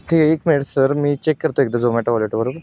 ठीक एक minute sir मी चेक करतो एकदा झोमॅटो वॉलेटवरून